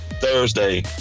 Thursday